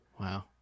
Wow